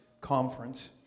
conference